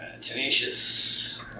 Tenacious